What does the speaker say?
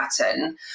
pattern